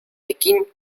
pekín